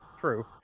True